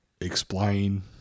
explain